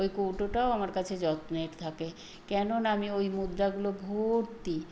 ওই কৌটোটাও আমার কাছে যত্নের থাকে কেননা আমি ওই মুদ্রাগুলো ভর্তি